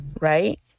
right